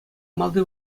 малти